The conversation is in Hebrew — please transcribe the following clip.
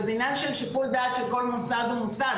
וזה עניין של שיקול דעת של כל מוסד ומוסד.